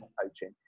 coaching